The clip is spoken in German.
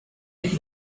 den